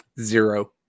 Zero